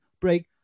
break